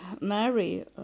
Mary